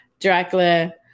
Dracula